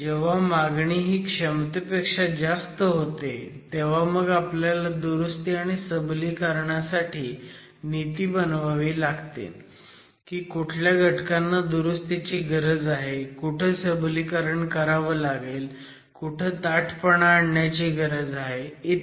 जेव्हा मागणी ही क्षमतेपेक्षा जास्त होते तेव्हा मग आपल्याला दुरुस्ती आणि सबलीकरणासाठी नीती बनवावी लागते की कुठल्या घटकांना दुरुस्तीची गरज आहे कुठे सबलीकरण करावं लागेल कुठे ताठपणा आणण्याची गरज आहे ई